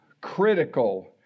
critical